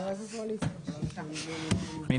מי